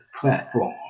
platform